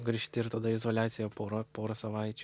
grįžti ir tada izoliacija pora pora savaičių